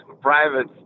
private